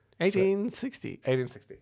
1860